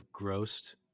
grossed